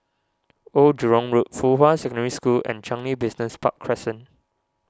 Old Jurong Road Fuhua Secondary School and Changi Business Park Crescent